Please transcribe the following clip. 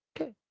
Okay